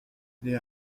les